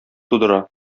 тудыра